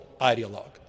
ideologue